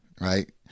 right